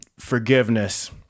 forgiveness